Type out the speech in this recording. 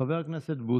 חברת הכנסת סלימאן,